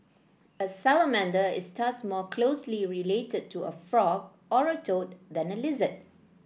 a salamander is thus more closely related to a frog or a toad than a lizard